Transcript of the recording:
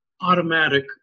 automatic